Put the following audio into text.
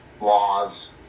laws